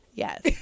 Yes